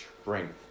strength